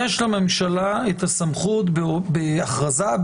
יש לממשלה הסמכות בהכרזה,